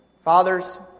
Father's